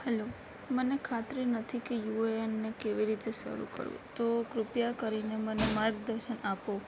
hello મને ખાતરી નથી કે યુએએન ને કેવી રીતે શરૂ કરવું તો કૃપયા કરીને મને માર્ગદર્શન આપો